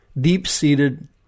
deep-seated